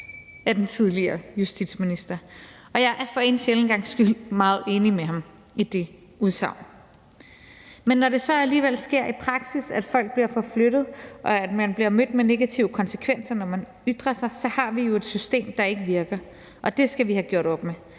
af den tidligere justitsminister, og jeg er for en sjælden gangs skyld meget enig med ham i det udsagn. Men når det så alligevel sker i praksis, at folk bliver forflyttet, og at man bliver mødt med negative konsekvenser, når man ytrer sig, har vi jo et system, der ikke virker, og det skal vi have gjort op med,